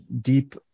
deep